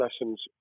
lessons